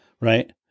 right